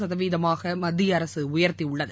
சதவீதமாக மத்திய அரசு உயா்த்தியுள்ளது